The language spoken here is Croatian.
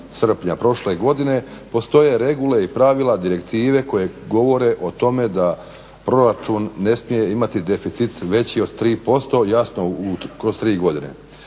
srpnja prošle godine postoje regule i pravila, direktive koje govore o tome da proračun ne smije imati deficit veći od 3% jasno kroz tri godine